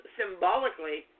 symbolically